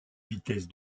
vitesse